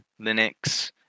Linux